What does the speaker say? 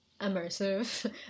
immersive